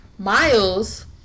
Miles